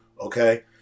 okay